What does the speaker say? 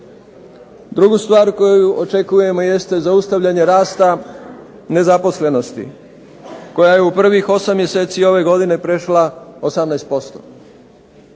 Drugu stvar koju očekujemo jeste zaustavljanje rasta nezaposlenosti koja je u prvih 8 mjeseci ove godine prešla 18%,